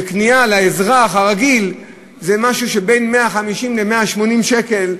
בקנייה לאזרח הרגיל, זה משהו שבין 150 ל-180 שקל,